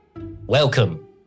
welcome